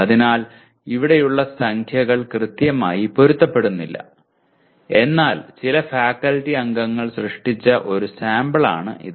അതിനാൽ ഇവിടെയുള്ള സംഖ്യകൾ കൃത്യമായി പൊരുത്തപ്പെടുന്നില്ല എന്നാൽ ചില ഫാക്കൽറ്റി അംഗങ്ങൾ സൃഷ്ടിച്ച ഒരു സാമ്പിളാണ് ഇത്